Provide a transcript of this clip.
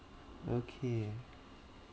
okay